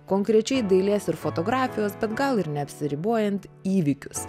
konkrečiai dailės ir fotografijos bet gal ir neapsiribojant įvykius